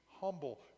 humble